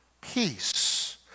Peace